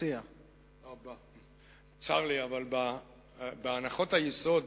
צר לי, אבל בהנחות היסוד